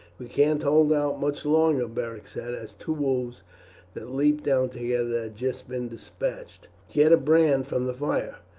we can't hold out much longer beric said, as two wolves that leapt down together had just been despatched. get a brand from the fire.